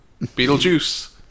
Beetlejuice